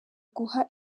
guha